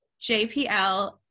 JPL